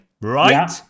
right